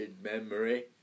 memory